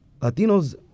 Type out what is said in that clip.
Latinos